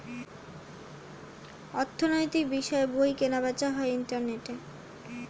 অর্থনৈতিক বিষয়ের বই কেনা বেচা হয় ইন্টারনেটে